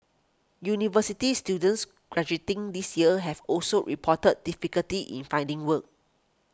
university students graduating this year have also reported difficulty in finding work